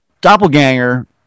doppelganger